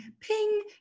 ping